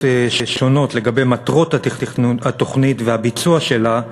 שונות לגבי המטרות שלה והביצוע שלה,